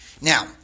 Now